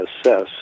assess